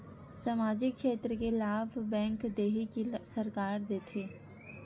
सामाजिक क्षेत्र के लाभ बैंक देही कि सरकार देथे?